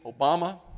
Obama